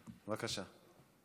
בבקשה.